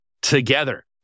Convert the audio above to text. Together